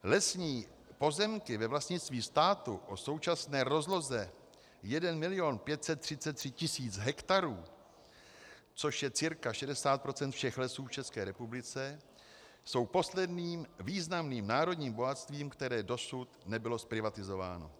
Lesní pozemky ve vlastnictví státu o současné rozloze 1 milion 533 tisíc hektarů, což je cca 60 % všech lesů v České republice, jsou posledním významným národním bohatstvím, které dosud nebylo zprivatizováno.